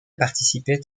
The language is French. participaient